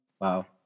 Wow